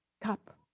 cup